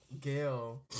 Gail